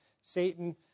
Satan